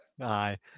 Aye